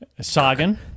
Sagan